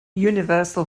universal